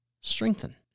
strengthen